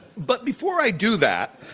but before i do that,